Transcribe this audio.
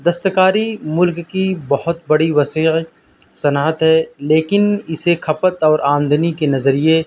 دستکاری ملک کی بہت بڑی وسیع صنعت ہے لیکن اسے کھپت اور آمدنی کے نظریے